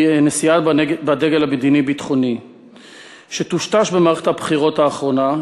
נשיאה בדגל המדיני-ביטחוני שטושטש במערכת הבחירות האחרונה,